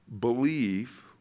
believe